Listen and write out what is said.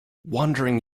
wandering